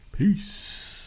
Peace